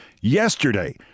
Yesterday